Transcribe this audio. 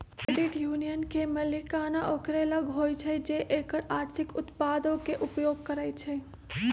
credit union के मलिकाना ओकरे लग होइ छइ जे एकर आर्थिक उत्पादों के उपयोग करइ छइ